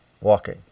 walking